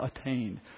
attained